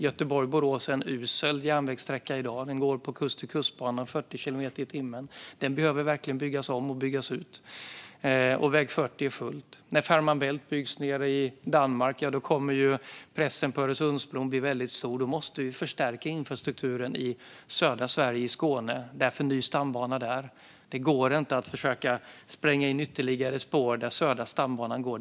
Göteborg-Borås är en usel järnvägssträcka i dag. På Kust-till-kust-banan går det i 40 kilometer i timmen. Den behöver verkligen byggas om och byggas ut. Och på väg 40 är det fullt. När Fehmarn Bält-förbindelsen nere i Danmark byggs kommer pressen på Öresundsbron att bli väldigt stor. Då måste vi förstärka infrastrukturen i södra Sverige och i Skåne. Därför bygger vi en ny stambana där. Det går inte att försöka spränga in ytterligare spår där Södra stambanan går.